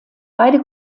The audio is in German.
beide